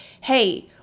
hey –